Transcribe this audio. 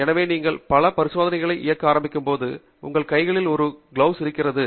எனவே நீங்கள் பல பரிசோதனைகளை இயக்க ஆரம்பிக்கும்போது உங்கள் கையில் ஒரு கையுறை இருக்கிறது